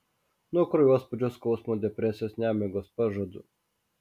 nuo kraujospūdžio skausmo depresijos nemigos pažadu